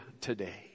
today